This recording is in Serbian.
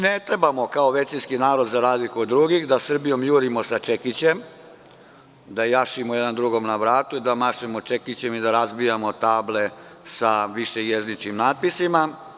Ne trebamo, kao većinski narod, za razliku od drugih, da Srbijom jurimo sa čekićem, da jašemo jedan drugom na vratu, da mašemo čekićem i da razbijamo table sa višejezičnim natpisima.